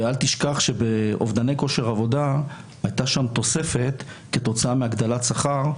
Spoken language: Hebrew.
אל תשכח שבאובדני כושר עבודה הייתה שם תוספת כתוצאה מהגדלת שכר,